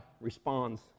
responds